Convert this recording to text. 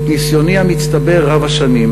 את ניסיוני המצטבר רב-השנים,